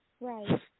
Right